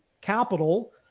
capital